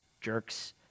jerks